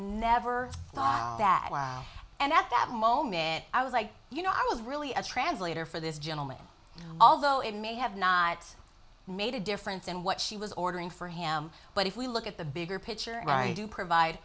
thought that and at that moment i was i you know i was really a translator for this gentleman although it may have not made a difference in what she was ordering for him but if we look at the bigger picture and i do provide